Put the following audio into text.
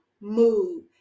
move